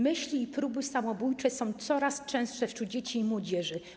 Myśli i próby samobójcze są coraz częstsze wśród dzieci i młodzieży.